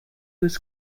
was